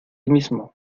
mismo